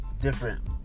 different